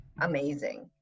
amazing